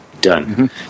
done